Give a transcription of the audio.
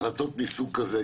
החלטות מסוג כזה,